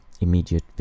immediate